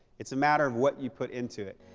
it's a matter of what you put into it.